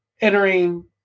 entering